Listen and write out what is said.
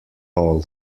all